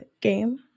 game